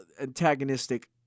antagonistic